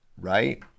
right